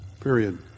Period